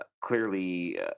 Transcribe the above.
clearly